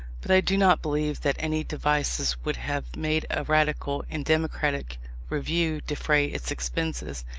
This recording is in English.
but i do not believe that any devices would have made a radical and democratic review defray its expenses,